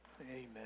Amen